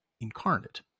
incarnate